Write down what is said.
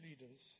leaders